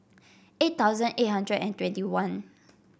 eight thousand eight hundred and twenty one